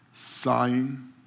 sighing